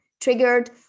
triggered